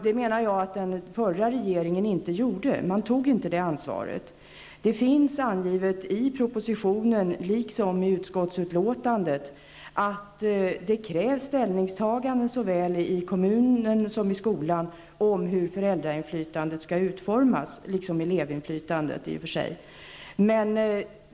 Det ansvaret tog inte den förra regeringen, menar jag. Det finns angivet i propositionen liksom i utskottsutlåtandet att det krävs ställningstaganden såväl i kommunen som i skolan till hur föräldrainflytandet -- liksom i och för sig elevinflytandet -- skall utformas.